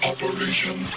Operation